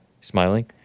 Smiling